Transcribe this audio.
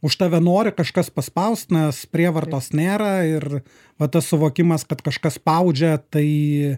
už tave nori kažkas paspaust mes prievartos nėra ir va tas suvokimas kad kažkas spaudžia tai